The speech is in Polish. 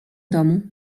domu